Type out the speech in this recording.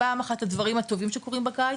פעם אחת הדברים הטובים שקורים בקיץ